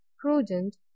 prudent